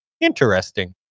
Interesting